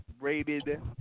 rated